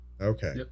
okay